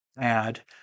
add